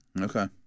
Okay